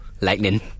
Lightning